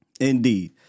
Indeed